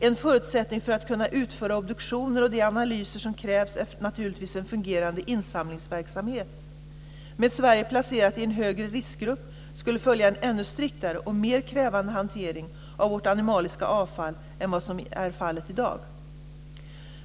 En förutsättning för att kunna utföra obduktioner och de analyser som krävs är naturligtvis en fungerande insamlingsverksamhet. Med Sverige placerat i en högre riskgrupp skulle följa en ännu striktare och mer krävande hantering av vårt animaliska avfall än vad som i dag är fallet.